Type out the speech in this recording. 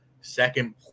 second